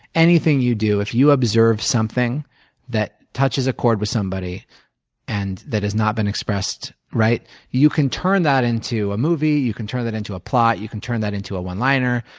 anything you do, if you observe something that touches a chord with somebody and that has not been expressed, you can turn that into a movie, you can turn that into a plot, you can turn that into a one liner.